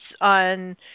on